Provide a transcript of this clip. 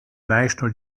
national